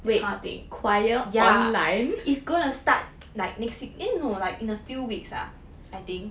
that kind of thing yeah it's going to start like next week eh no in a few weeks ah I think